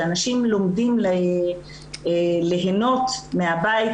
שאנשים לומדים ליהנות מהבית,